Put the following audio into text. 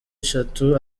eshatu